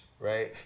right